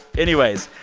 anyways,